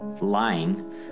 lying